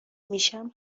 میشم